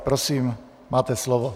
Prosím máte slovo.